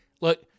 Look